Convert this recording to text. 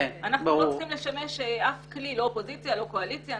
אנחנו לא צריכים לשמש כלי לא לאופוזיציה ולא לקואליציה.